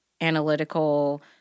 analytical